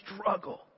struggle